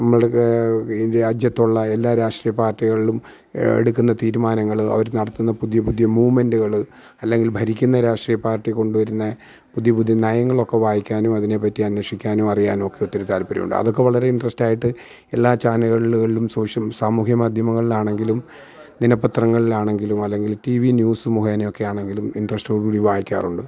നമ്മൾക്ക് ഈ രാജ്യത്തുള്ള എല്ലാ രാഷ്ട്രീയ പാർട്ടികളിലും എടുക്കുന്ന തീരുമാനങ്ങള് അവര് നടത്തുന്ന പുതിയ പുതിയ മൂവ്മെൻറ്റുകള് അല്ലെങ്കിൽ ഭരിക്കുന്ന രാഷ്ട്രീയ പാർട്ടി കൊണ്ടുവരുന്ന പുതിയ പുതിയ നയങ്ങളൊക്കെ വായിക്കാനും അതിനെപ്പറ്റി അന്വേഷിക്കാനും അറിയാനുമൊക്കെ ഒത്തിരി താല്പര്യമുണ്ട് അതൊക്കെ വളരെ ഇൻറ്ററസ്റ്റായിട്ട് എല്ലാ ചാനലുകൾലും സാമൂഹ്യ മാധ്യമങ്ങളിലാണെങ്കിലും ദിനപത്രങ്ങളിൽ ആണെങ്കിലും അല്ലെങ്കിൽ ടി വി ന്യൂസ് മുഖേനെയൊക്കെ ആണെങ്കിലും ഇൻറ്ററസ്റ്റോടുകൂടി വായിക്കാറുണ്ട്